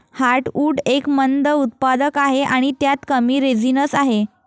heartwood एक मंद उत्पादक आहे आणि त्यात कमी रेझिनस आहे